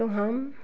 तो हम